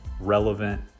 relevant